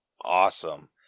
awesome